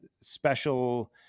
special